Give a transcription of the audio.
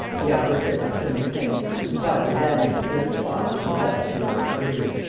the aforesaid arsene lupin was quietly landing at the very spot which he had left two hours earlier.